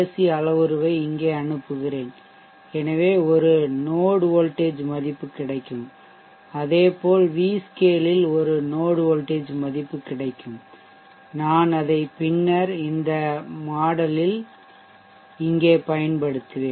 C அளவுருவை இங்கு அனுப்புகிறேன் எனவே ஒரு நோட் வோல்ட்டேஜ் மதிப்பு கிடைக்கும் அதேபோல் v scale இல் ஒரு நோட் வோல்ட்டேஜ் மதிப்பு கிடைக்கும் நான் அதை பின்னர் இந்த மாதிரிமாடல்யில் இங்கே பயன்படுத்துவேன்